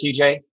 TJ